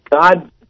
God